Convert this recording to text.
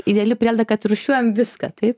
ideali prielaida kad rūšiuojam viską taip